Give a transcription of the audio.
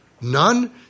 none